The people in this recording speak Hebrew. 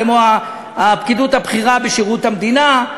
כמו הפקידות הבכירה בשירות המדינה.